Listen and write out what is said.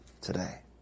today